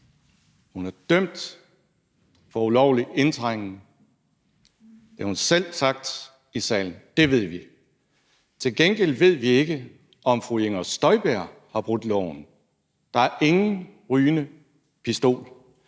hun er dømt – for ulovlig indtrængen. Det har hun selv sagt i salen. Det ved vi. Til gengæld ved vi ikke, om fru Inger Støjberg har brudt loven. Der er ingen rygende pistol.